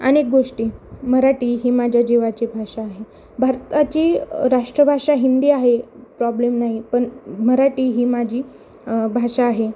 अनेक गोष्टी मराठी ही माझ्या जीवाची भाषा आहे भारताची राष्ट्रभाषा हिंदी आहे प्रॉब्लेम नाही पण मराठी ही माझी भाषा आहे